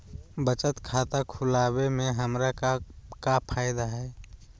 बचत खाता खुला वे में हमरा का फायदा हुई?